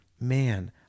man